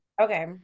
Okay